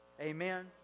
Amen